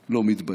לא מתבייש.